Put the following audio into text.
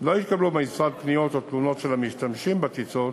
לא התקבלו במשרד פניות או תלונות של המשתמשים בטיסות